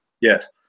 Yes